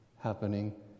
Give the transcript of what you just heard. happening